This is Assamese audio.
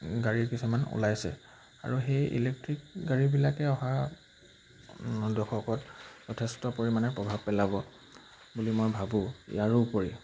গাড়ী কিছুমান ওলাইছে আৰু সেই ইলেক্ট্ৰিক গাড়ীবিলাকে অহা দশকত যথেষ্ট পৰিমাণে প্ৰভাৱ পেলাব বুলি মই ভাবোঁ ইয়াৰোপৰি